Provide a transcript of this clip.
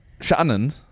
Shannon